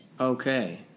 Okay